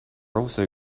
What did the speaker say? also